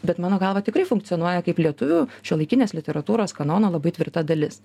bet mano galva tikrai funkcionuoja kaip lietuvių šiuolaikinės literatūros kanono labai tvirta dalis